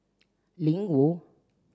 Ling Wu